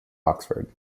oxford